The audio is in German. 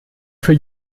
für